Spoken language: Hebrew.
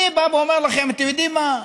אני בא ואומר לכם, אתם יודעים מה?